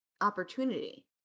opportunity